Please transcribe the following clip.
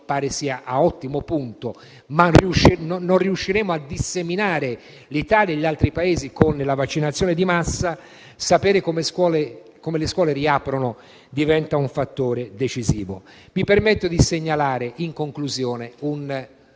pare sia a un ottimo punto, ma non riusciremo ad assicurare all'Italia e agli altri Paesi la vaccinazione di massa), sapere come le scuole riapriranno diventa un fattore decisivo. Mi permetto di segnalare, in conclusione, un